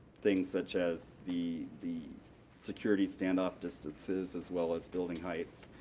things such as the the security stand off distances, as well as building heights.